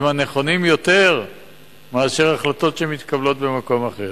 נכונים יותר מאשר החלטות שמתקבלות במקום אחר.